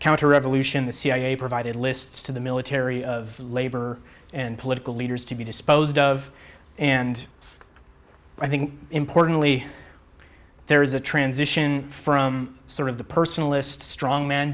counter revolution the cia provided lists to the military of labor and political leaders to be disposed of and i think importantly there is a transition from sort of the personal list strongman